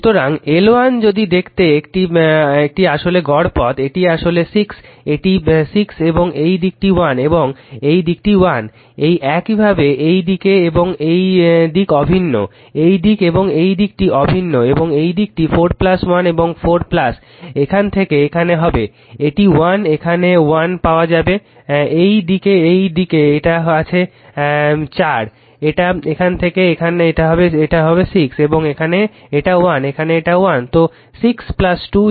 সুতরাং L1 যদি দেখতে এটি আসলে গড় পথ এটি আসলে 6 এটি 6 এবং এই দিকটি 1 এবং এই দিকটি 1 এই একইভাবে এই দিকে এবং এই দিক অভিন্ন এই দিক এবং এই দিকটি অভিন্ন এবং এই দিকটি 4 1 এবং 4 এখান থেকে এখানে হবে এটি 1 এখানে 1 পাওয়া যাবে এই দিকে এটা আছে 4 এটা এখানে থেকে এখানে এটা 6 এবং এখানে এটা 1 এখানে এটা 1